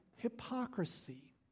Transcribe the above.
hypocrisy